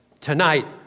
tonight